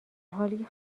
حالیکه